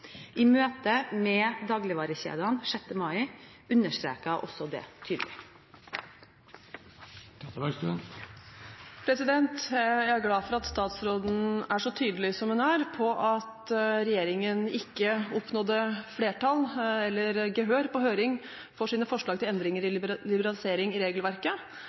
I møtet med dagligvarekjedene den 6. mai understreket jeg også det tydelig. Jeg er glad for at statsråden er så tydelig som hun er, på at regjeringen ikke oppnådde flertall eller gehør på høringen for sine forslag til endringer i form av liberalisering av regelverket,